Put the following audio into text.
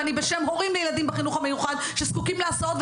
ובשם הורים לילדים בחינוך המיוחד שזקוקים להסעות,